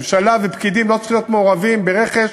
ממשלה ופקידים לא צריכים להיות מעורבים ברכש,